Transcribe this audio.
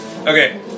Okay